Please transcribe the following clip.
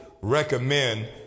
recommend